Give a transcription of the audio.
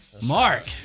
Mark